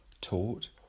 taught